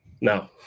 No